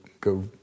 go